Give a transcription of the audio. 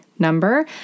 number